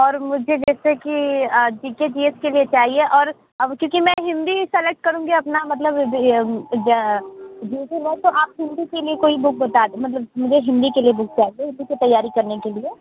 और मुझे जैसे कि जी के जी एस के लिए चाहिए और अब क्योंकि मैं हिन्दी सिलेक्ट करूँगी अपना मतलब जी के में तो आप हिन्दी की भी कोई बुक बता दे मतलब मुझे हिन्दी के लिए बुक चाहिए हिन्दी की तैयारी करने के लिए